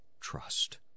trust